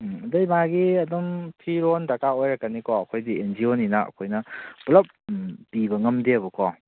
ꯎꯝ ꯑꯗꯩ ꯃꯥꯒꯤ ꯑꯗꯨꯝ ꯐꯤꯔꯣꯟ ꯗꯔꯀꯥꯔ ꯑꯣꯏꯔꯛꯀꯅꯤꯀꯣ ꯑꯩꯈꯣꯏꯗꯤ ꯑꯦꯟ ꯖꯤ ꯑꯣꯅꯤꯅ ꯑꯩꯈꯣꯏꯅ ꯄꯨꯂꯞ ꯎꯝ ꯄꯤꯕ ꯉꯝꯗꯦꯕꯀꯣ